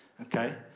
okay